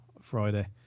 Friday